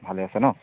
ভালে আছে ন